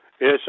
Yes